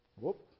whoop